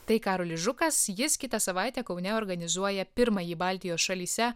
tai karolis žukas jis kitą savaitę kaune organizuoja pirmąjį baltijos šalyse